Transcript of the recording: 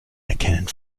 erkennen